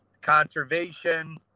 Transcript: conservation